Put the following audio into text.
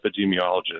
epidemiologist